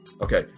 Okay